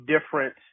different